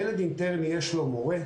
ילד אינטרני, יש לו מורה.